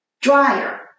dryer